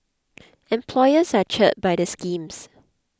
employers are cheered by the schemes